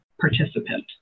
participant